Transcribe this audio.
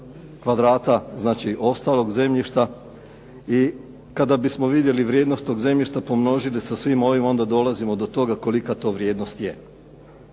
kvadrata znači ostalog zemljišta i kada bismo vidjeli vrijednost tog zemljišta, pomnožite sa svim ovim, onda dolazimo do toga kolika to vrijednost je.